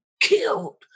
killed